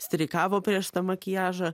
streikavo prieš tą makiažą